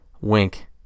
Wink